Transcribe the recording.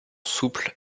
souples